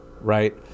Right